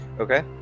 okay